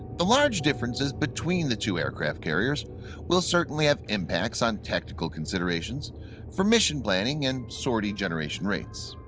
the large differences between the two aircraft carriers will certainly have impacts on tactical considerations for mission planning and sortie generation rates.